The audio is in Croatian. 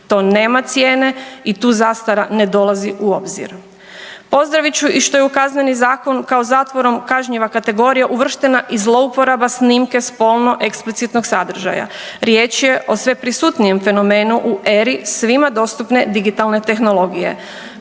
To nema cijene i tu zastara ne dolazi u obzir. Pozdravit ću i što je u Kazneni zakon, kao zatvorom kažnjiva kategorija uvrštena i zlouporaba snimke spolno eksplicitnog sadržaja. Riječ je o sve prisutnijem fenomenu u eri svima dostupne digitalne tehnologije.